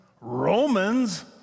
Romans